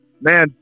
man